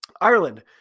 Ireland